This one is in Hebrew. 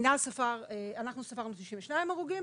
אנחנו ספרנו 92 הרוגים,